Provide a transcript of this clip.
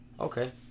Okay